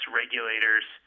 regulators